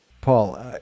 Paul